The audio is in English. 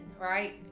Right